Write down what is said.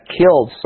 killed